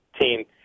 team